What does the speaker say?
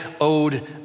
owed